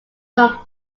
come